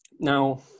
Now